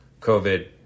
COVID